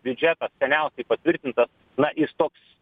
biudžetas seniausiai patvirtintas na jis toks